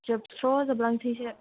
जोबस्र' लांजोबनो सैसो